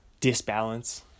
disbalance